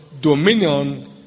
dominion